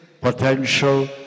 potential